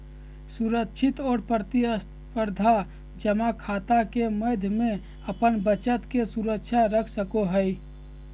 सुरक्षित और प्रतिस्परधा जमा खाता के माध्यम से अपन बचत के सुरक्षित रख सको हइ